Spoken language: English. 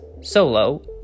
Solo